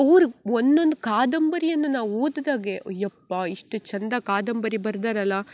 ಅವ್ರ ಒಂದೊಂದು ಕಾದಂಬರಿಯನ್ನು ನಾವು ಓದುದಾಗೆ ಅಯ್ಯಪ್ಪ ಇಷ್ಟು ಚಂದ ಕಾದಂಬರಿ ಬರ್ದರಲ್ಲ